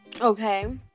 Okay